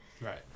Right